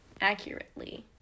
accurately